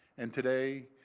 and today,